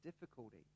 difficulty